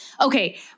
Okay